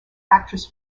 actress